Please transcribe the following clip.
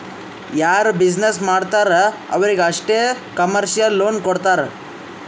ಯಾರು ಬಿಸಿನ್ನೆಸ್ ಮಾಡ್ತಾರ್ ಅವ್ರಿಗ ಅಷ್ಟೇ ಕಮರ್ಶಿಯಲ್ ಲೋನ್ ಕೊಡ್ತಾರ್